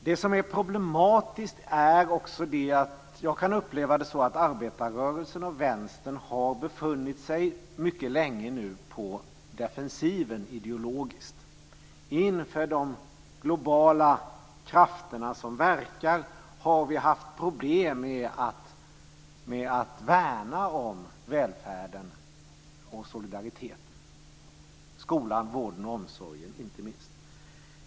Det som är problematiskt är också, som jag kan uppleva det, att arbetarrörelsen och Vänstern mycket länge har befunnit sig på defensiven ideologiskt. Inför de globala krafter som verkar har vi haft problem med att värna välfärden och solidariteten. Skolan, vården och omsorgen inte minst.